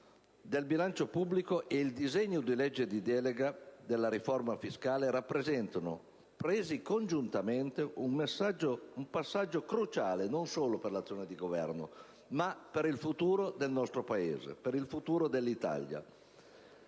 del bilancio pubblico e il disegno di legge di delega della riforma fiscale rappresentano, presi congiuntamente, un passaggio cruciale, non solo per l'azione di governo, ma per il futuro del nostro Paese, per il futuro dell'Italia.